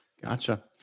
Gotcha